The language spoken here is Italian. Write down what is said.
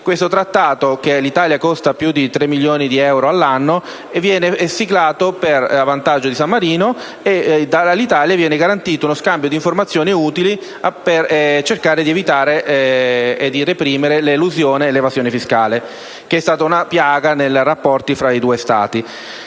questo trattato, che all'Italia costa più di 3 milioni di euro all'anno, viene siglato a vantaggio di San Marino. All'Italia viene garantito uno scambio di informazioni utili per cercare di evitare e reprimere l'elusione e l'evasione fiscale, da sempre una piaga nei rapporti tra i due Stati.